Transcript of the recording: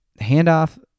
handoff